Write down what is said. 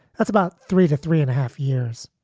that's about three to three and a half years.